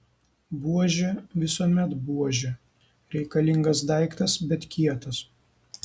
buožė visuomet buožė reikalingas daiktas bet kietas